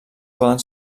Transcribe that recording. poden